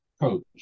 coach